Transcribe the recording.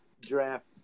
draft